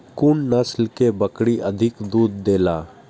कुन नस्ल के बकरी अधिक दूध देला?